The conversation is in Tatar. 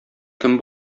кем